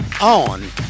on